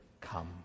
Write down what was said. come